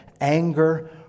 Anger